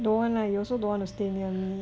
don't want lah you also don't want to stay near me